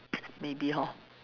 maybe hor